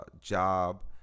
job